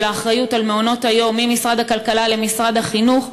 האחריות על מעונות היום ממשרד הכלכלה למשרד החינוך,